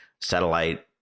satellite